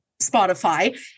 Spotify